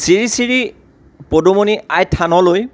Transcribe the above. শ্ৰী শ্ৰী পদুমনী আই থানলৈ